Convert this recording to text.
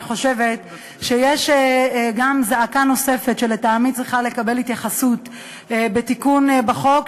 אני חושבת שיש זעקה נוספת שלטעמי צריכה לקבל התייחסות בתיקון בחוק,